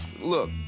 Look